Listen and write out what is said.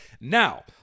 Now